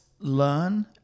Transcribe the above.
learn